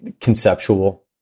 conceptual